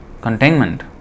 containment